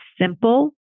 simple